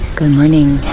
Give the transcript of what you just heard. good morning.